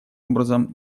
образом